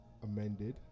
amended